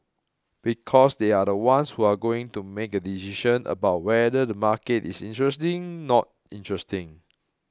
because they are the ones who are going to make a decision about whether the market is interesting not interesting